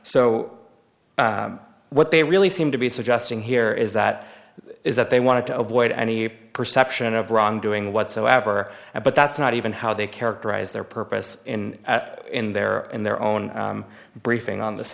o what they really seem to be suggesting here is that is that they want to avoid any perception of wrongdoing whatsoever but that's not even how they characterize their purpose in at in their in their own briefing on this